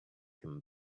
him